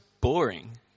boring